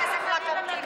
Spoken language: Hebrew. כסף לקנטינה.